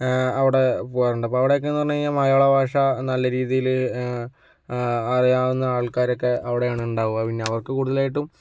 അവിടെ പോകാറുണ്ട് അപ്പോൾ അവിടെക്കേന്ന് പറഞ്ഞ് കഴിഞ്ഞാൽ മലയാളഭാഷ നല്ല രീതിയില് അറിയാവുന്ന ആൾക്കാരൊക്കെ അവിടെയാണ് ഇണ്ടാവുക പിന്നെ അവർക്ക് കൂടുതലായിട്ടും